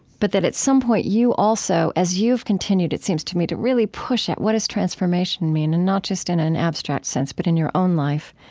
but that at some point, you also, as you've continued it seems to me, to really push at what does transformation mean and not just in an abstract sense, but in your own life,